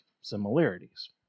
similarities